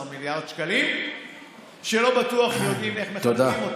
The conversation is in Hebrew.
מיליארד שקלים שלא בטוח שיודעים איך מחלקים אותם.